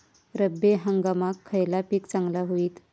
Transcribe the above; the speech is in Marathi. रब्बी हंगामाक खयला पीक चांगला होईत?